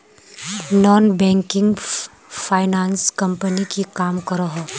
Non banking finance company की काम करोहो?